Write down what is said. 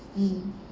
mm